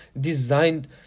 designed